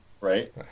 right